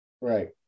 Right